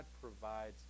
provides